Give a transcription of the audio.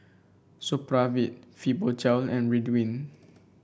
Supravit Fibogel and Ridwind